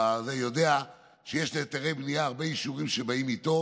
והוא יודע שיש להיתרי בנייה הרבה אישורים שבאים איתם,